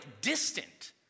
distant